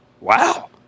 Wow